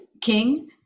King